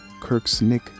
Kirksnick